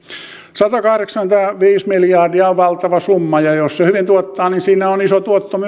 satakahdeksankymmentäviisi miljardia on valtava summa ja jos se hyvin tuottaa niin siinä on iso tuotto